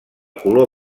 color